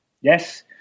Yes